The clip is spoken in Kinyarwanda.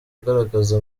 agaragaza